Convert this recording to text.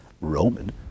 Roman